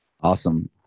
Awesome